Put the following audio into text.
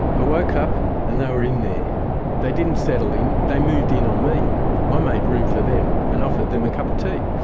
i woke up and they were in there they didn't settle in, they moved in on me i made room for them and offered them a cup of tea.